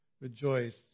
rejoice